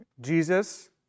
Jesus